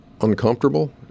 uncomfortable